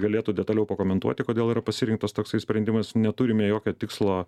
galėtų detaliau pakomentuoti kodėl yra pasirinktas toksai sprendimas neturime jokio tikslo